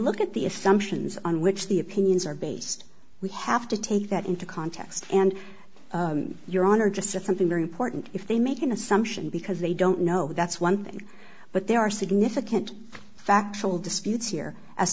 look at the assumptions on which the opinions are based we have to take that into context and your honor just to think very important if they make an assumption because they don't know that's one thing but there are significant facts all disputes year as